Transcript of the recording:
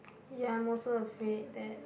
ya I'm also afraid that